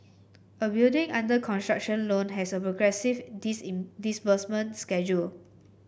a building under construction loan has a progressive disbursement schedule